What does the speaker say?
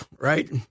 right